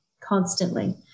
constantly